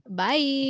bye